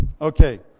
Okay